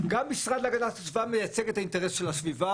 גם המשרד להגנת הסביבה מייצג את האינטרס של הסביבה